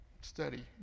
study